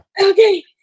okay